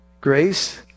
grace